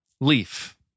Leaf